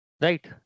Right